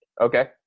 Okay